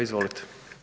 Izvolite.